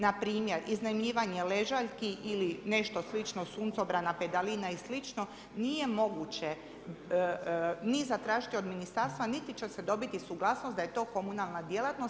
Na primjer iznajmljivanje ležaljki ili nešto slično suncobrana, pedalina i slično nije moguće ni zatražiti od ministarstva, niti će se dobiti suglasnost da je to komunalna djelatnost.